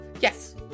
Yes